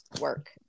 work